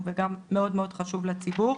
הוא דיון שמתחיל לקרות בכל כך הרבה מישורים,